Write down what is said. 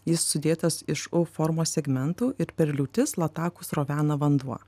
jis sudėtas iš u formos segmentų ir per liūtis lataku srovena vanduo